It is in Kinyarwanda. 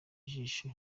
ijisho